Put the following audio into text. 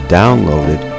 downloaded